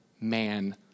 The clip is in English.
man